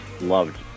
loved